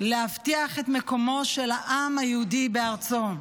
להבטיח את מקומו של העם היהודי בארצו.